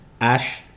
Ash